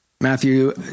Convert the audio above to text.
Matthew